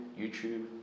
YouTube